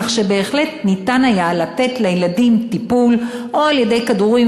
כך שבהחלט היה אפשר לתת לילדים טיפול או על-ידי כדורים,